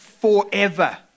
forever